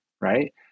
right